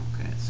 Okay